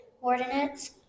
coordinates